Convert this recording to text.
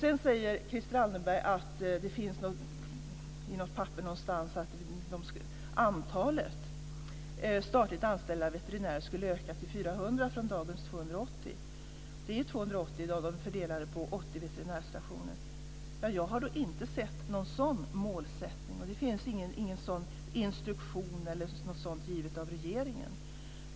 Sedan säger Christel Anderberg att det står i något papper någonstans att antalet statligt anställda veterinärer skulle öka till 400 från dagens 280. Det är 280 Jag har då inte sett någon sådan målsättning, och det finns inte någon sådan instruktion eller liknande given från regeringen.